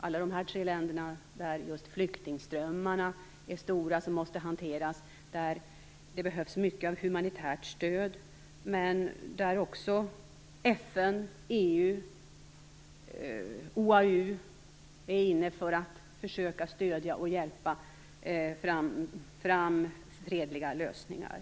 Alla de här tre länderna har att hantera stora flyktingströmmar, där det behövs mycket av humanitärt stöd men där också FN, EU och OAU är inne för att försöka stödja och hjälpa fram fredliga lösningar.